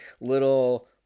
little